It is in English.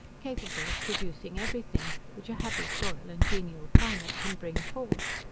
capable of producing every thing, which a happy soil and genial climate can bring forth.